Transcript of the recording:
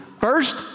First